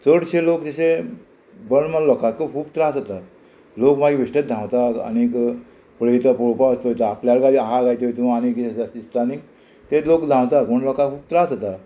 चडशे लोक जशे बर्मल लोकांक खूब त्रास जाता लोक मागीर ब धांवता आनीक पळयता पळोवपाक वयता बेश्टेच आपल्यालो कोण आहा काय तितून आनी कितें तशें दिसता आनीक ते लोक धांवता म्हूण लोकांक खूब त्रास जाता